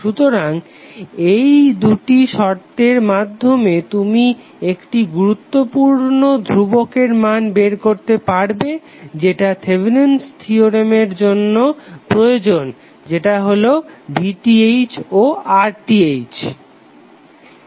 সুতরাং এই দুটি শর্তের মাধ্যমে তুমি একটি গুরুত্বপূর্ণ ধ্রুবকের মান বের করতে পারবে যেটা থেভেনিন'স থিওরেম Thevenin's theorem এর জন্য প্রয়োজন যেটা হলো VTh ও RTh